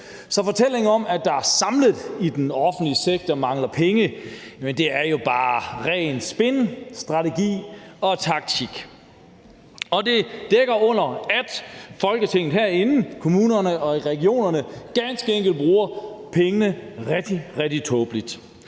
så fortællingen om, at der samlet mangler penge i den offentlige sektor, er jo bare rent spin, strategi og taktik. Det dækker over, at Folketinget herinde, kommunerne og regionerne ganske enkelt bruger pengene rigtig, rigtig tåbeligt.